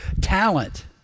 talent